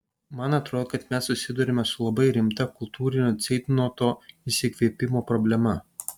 man atrodo kad mes susiduriame su labai rimta kultūrinio ceitnoto išsikvėpimo problema